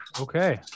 Okay